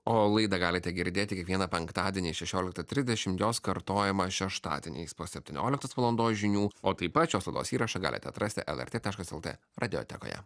o laidą galite girdėti kiekvieną penktadienį šešioliktą trisdešimt jos kartojimas šeštadieniais po septynioliktos valandos žinių o taip pat šios laidos įrašą galite atrasti el er t taškas lt radijotekoje